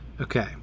Okay